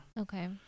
Okay